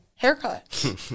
haircut